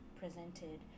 presented